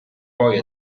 poi